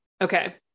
Okay